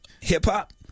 hip-hop